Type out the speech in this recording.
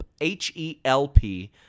H-E-L-P